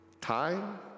Time